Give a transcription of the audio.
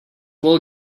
wool